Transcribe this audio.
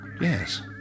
yes